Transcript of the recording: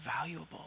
valuable